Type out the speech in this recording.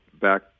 back